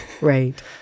Right